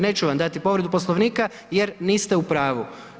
Neću vam dati povredu Poslovnika jer niste u pravu.